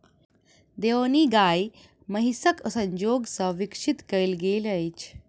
देओनी गाय महीसक संजोग सॅ विकसित कयल गेल अछि